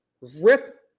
rip